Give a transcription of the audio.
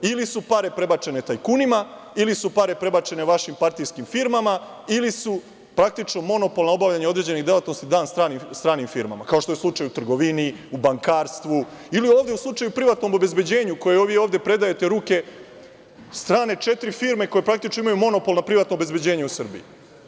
Ili su pare prebačene tajkunima ili su pare prebačene vašim partijskim firmama ili je monopol za obavljanje određenih delatnosti dat stranim firmama, kao što je slučaj u trgovini, u bankarstvu ili u slučaju privatnog obezbeđenja, koje predajete u ruke, strane četiri firme koje imaju monopol nad privatnim obezbeđenjem u Srbiji.